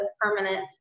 permanent